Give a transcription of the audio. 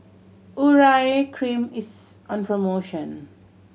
Urea Cream is on promotion